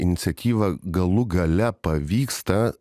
iniciatyva galų gale pavyksta